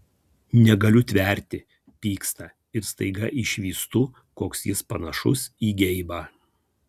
negaliu tverti pyksta ir staiga išvystu koks jis panašus į geibą